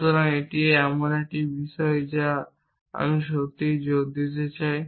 সুতরাং এটি এমন একটি বিষয় যা আমি সত্যিই জোর দিতে চাই